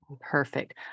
Perfect